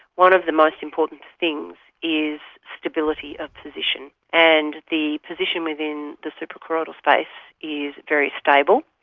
one of the most important things is stability of position, and the position within the suprachoroidal space is very stable.